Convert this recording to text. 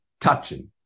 touching